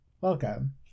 Welcome